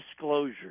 disclosure